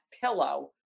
pillow